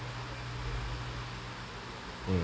hmm